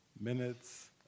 minutes